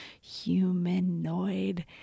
humanoid